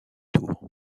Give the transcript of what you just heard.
tour